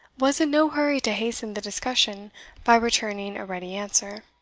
was in no hurry to hasten the discussion by returning a ready answer.